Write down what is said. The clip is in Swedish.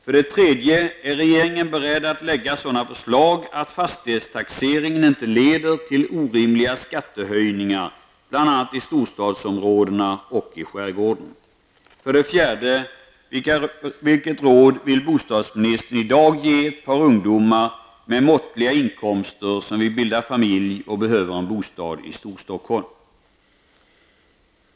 För det tredje: Är regeringen beredd att lägga sådana förslag att fastighetstaxeringen inte leder till orimliga skattehöjningar bl.a. i storstadsområdena och i skärgården? Storstockholm?